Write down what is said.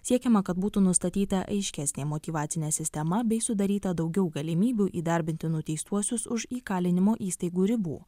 siekiama kad būtų nustatyta aiškesnė motyvacinė sistema bei sudaryta daugiau galimybių įdarbinti nuteistuosius už įkalinimo įstaigų ribų